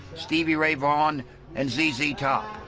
stevie ray vaughan and zz top.